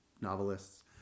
novelists